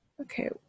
Okay